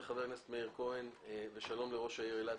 שלום לחבר הכנסת מאיר כהן ושלום לראש עיריית אילת,